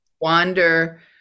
wander